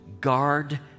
guard